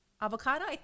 Avocado